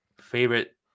favorite